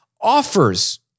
offers